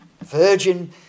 Virgin